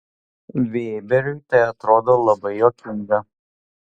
vėberiui tai atrodo labai juokinga